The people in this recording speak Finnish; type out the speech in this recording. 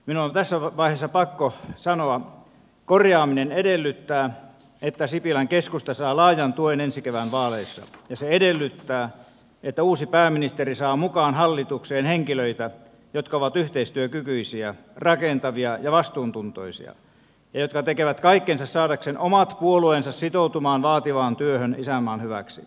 minun on tässä vaiheessa pakko sanoa että korjaaminen edellyttää että sipilän keskusta saa laajan tuen ensi kevään vaaleissa ja se edellyttää että uusi pääministeri saa mukaan hallitukseen henkilöitä jotka ovat yhteistyökykyisiä rakentavia ja vastuuntuntoisia ja jotka tekevät kaikkensa saadakseen omat puolueensa sitoutumaan vaativaan työhön isänmaan hyväksi